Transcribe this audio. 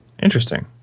Interesting